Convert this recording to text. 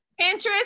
Pinterest